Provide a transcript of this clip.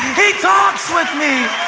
he talks with me.